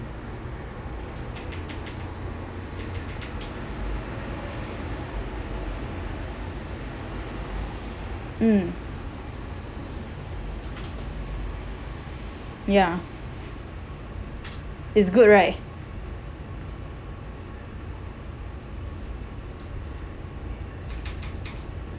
mm ya is good right